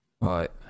Right